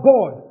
God